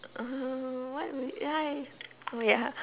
uh what would I wait ah